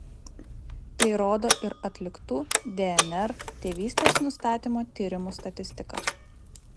tai rodo ir atliktų dnr tėvystės nustatymo tyrimų statistika